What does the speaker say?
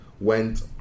went